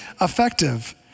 effective